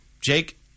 Jake